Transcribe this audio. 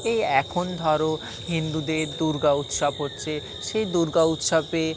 এই এখন ধরো হিন্দুদের দুর্গা উৎসব হচ্ছে সেই দুর্গা উৎসবে